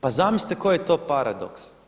Pa zamislite koji je to paradoks?